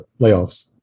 layoffs